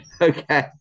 Okay